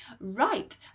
right